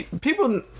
people